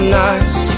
nice